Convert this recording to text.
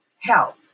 help